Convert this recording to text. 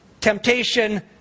Temptation